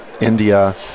India